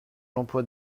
l’emploi